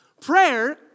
Prayer